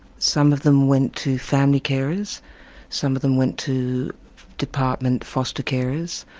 some of them went to family carers some of them went to department foster carers,